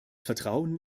vertrauen